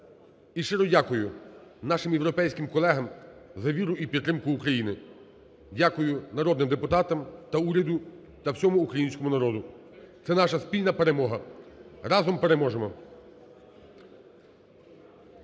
І щиро дякую нашим європейським колегам за віру і підтримку України. Дякую народним депутатам та уряду, та всьому українському народу. Це наша спільна перемога, разом переможемо.